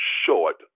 short